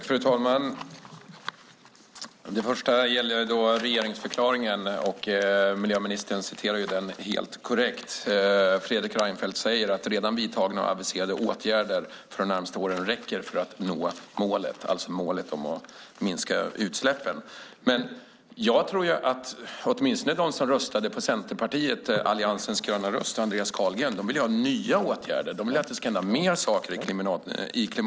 Fru talman! När det gäller regeringsförklaringen citerade miljöministern den helt korrekt. Fredrik Reinfeldt sade "att redan vidtagna och aviserade åtgärder för de närmaste åren räcker för att nå målet", alltså målet om att minska utsläppen. Men jag tror att åtminstone de som röstade på Centerpartiet, Alliansens gröna röst, och Andreas Carlgren vill ha nya åtgärder. De vill att det ska hända mer saker i klimatpolitiken.